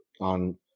on